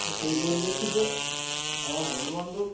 তো সেই পরিপ্রেক্ষিতে আমার বন্ধুবান্ধব